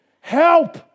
help